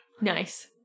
nice